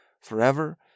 forever